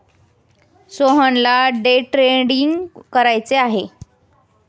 सोहनला day trading करायचे आहे